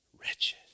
wretched